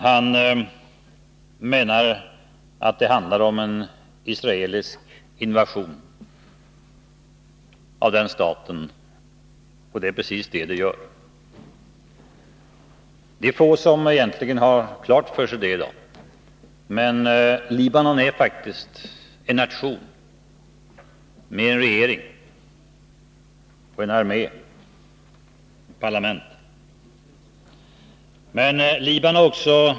Han menar att det handlar om en israelisk invasion av Libanon. Det är precis detta det är fråga om. Få har egentligen detta klart för sig i dag, men Libanon är faktiskt en nation med en regering, en armé och ett parlament.